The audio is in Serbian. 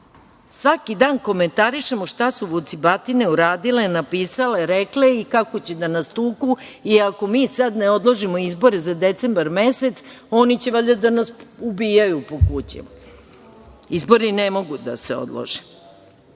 Svaki dan komentarišemo šta su vucibatine uradile, napisale, rekle i kako će da nas tuku i ako mi sad ne odložimo izbore za decembar mesec, oni će da na ubijaju po kućama. Izbori ne mogu da se odlože.